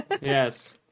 yes